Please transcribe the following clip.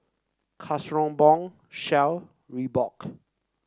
Kronenbourg Shell Reebok